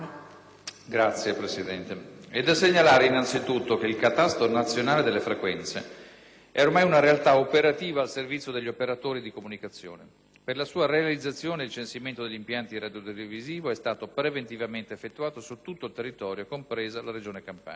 economico*. È da segnalare, innanzitutto, che il «catasto nazionale delle frequenze» è ormai una realtà operativa al servizio degli operatori di comunicazione. Per la sua realizzazione, il censimento degli impianti radiotelevisivi è stato preventivamente effettuato su tutto il territorio, compresa la Regione Campania.